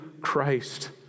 Christ